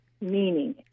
meaning